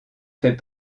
fait